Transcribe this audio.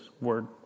word